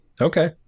Okay